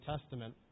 Testament